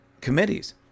committees